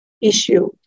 issue